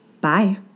Bye